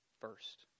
first